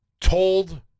told